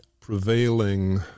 prevailing